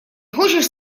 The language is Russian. хочешь